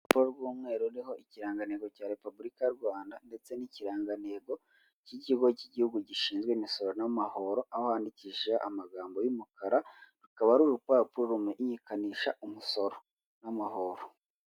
Uru rw'umweruriho ikiranganigo cya repubulika y'u Rwanda ndetse n'ikirangantego cy'ikigo cy'igihugu gishinzwe imisoro n'amahoro aho ahu ahanwandikisha amagambo y'umukara ru akaba ari urupapuro rumenyekanisha umusoro n'amahoro.